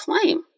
claim